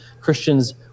Christians